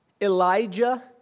Elijah